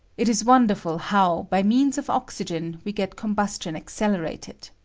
it is wonderful how, by means of oxygen, we get combustion accelerated.